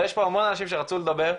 אבל יש פה המון אנשים שרצו לדבר,